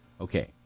Okay